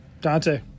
Dante